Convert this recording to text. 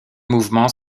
mouvement